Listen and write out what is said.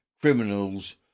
criminals